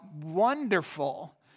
wonderful